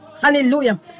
Hallelujah